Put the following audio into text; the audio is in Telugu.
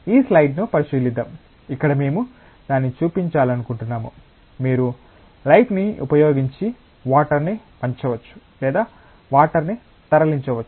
ఈ స్లైడ్ను పరిశీలిద్దాం ఇక్కడ మేము దానిని చూపించాలనుకుంటున్నాము మీరు లైట్ ని ఉపయోగించి వాటర్ ని వంచవచ్చు లేదా వాటర్ ని తరలించవచ్చు